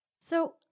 So-